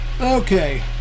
Okay